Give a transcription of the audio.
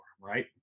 right